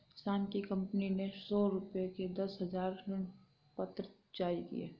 श्याम की कंपनी ने सौ रुपये के दस हजार ऋणपत्र जारी किए